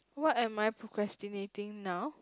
what am I procrastinating now